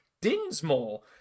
Dinsmore